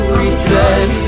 reset